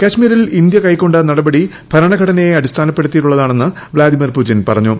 കാശ്മീരിൽ ഇന്ത്യ കൈക്കൊണ്ട നടപടി ഭരണഘടനയെ അടിസ്ഥാനപ്പെടുത്തിയുള്ളതാണെന്ന് വ്ളാഡിമിർ പുടിൻ പറഞ്ഞു